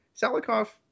Salikov